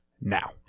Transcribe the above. now